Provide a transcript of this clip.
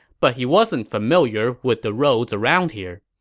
but he wasn't familiar with the roads around here.